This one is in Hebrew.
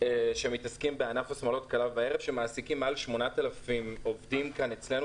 שמתעסקים בשמלות כלה וערב שמעסיקים מעל 8,000 עובדים אצלנו,